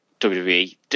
WWE